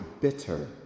bitter